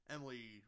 Emily